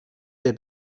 der